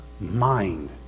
mind